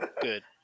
good